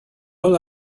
all